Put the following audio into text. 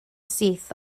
syth